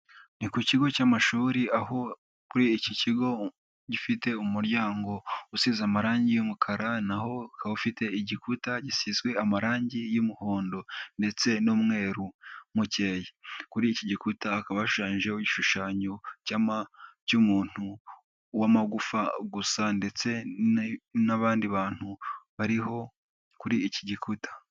Ni ku kigo cy'amashuri, aho kuri iki kigo gifite umuryango usize amarangi y'umukara, ufite igikuta gisizwe amarangi y'umuhondo ndetse n'umweruru mukeya. Kuri iki gikuta akaba hashushanyijeho igishushanyo cy'umuntu w'amagufa gusa ndetse n'abandi bantu bariho kuri iki gikuta.